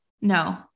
no